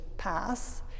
pass